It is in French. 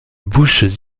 bouches